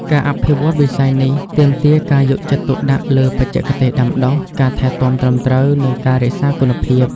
ការអភិវឌ្ឍន៍វិស័យនេះ ទាមទារការយកចិត្តទុកដាក់លើបច្ចេកទេសដាំដុះ ការថែទាំត្រឹមត្រូវ និងការរក្សាគុណភាព។